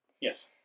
Yes